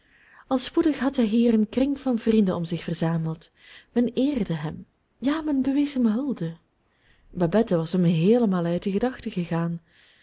al spoedig had hij hier een kring van vrienden om zich verzameld men eerde hem ja men bewees hem hulde babette was hem heelemaal uit de gedachten gegaan